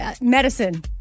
Medicine